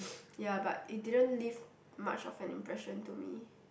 ya but it didn't leave much of an impression to me